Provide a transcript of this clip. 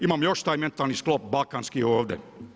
Imamo još taj mentalni sklop balkanski ovdje.